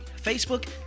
Facebook